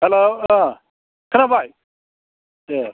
hello अ खोनाबाय दे